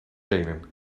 benen